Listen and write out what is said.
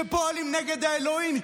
שפועלים נגד האלוהים,